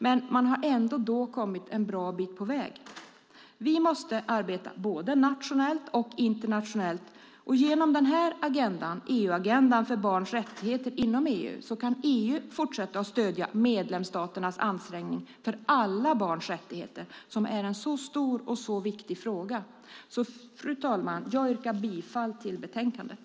Men då har man ändå kommit en bra bit på väg. Vi måste arbeta både nationellt och internationellt. Genom agendan för barns rättigheter inom EU kan EU fortsätta stödja medlemsstaternas ansträngningar för alla barns rättigheter, som är en stor och viktig fråga. Fru talman! Jag yrkar bifall till förslaget i utlåtandet.